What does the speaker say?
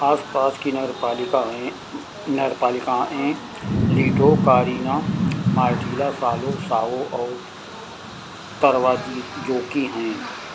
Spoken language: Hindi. आसपास की नगर पालिकाएँ नगर पालिकाएँ Lieto Kaarina Marttila Salo Sauvo और तर्वाजोकी हैं